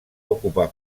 ocupar